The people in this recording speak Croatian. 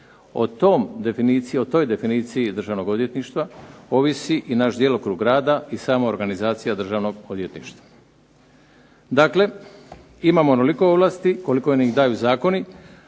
i zakona. O toj definiciji Državnog odvjetništva ovisi i naš djelokrug rada i sama organizacija Državnog odvjetništva. Dakle, imamo onoliko ovlasti koliko nam ih daju zakoni,